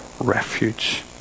refuge